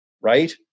right